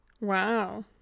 Wow